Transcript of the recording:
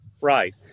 right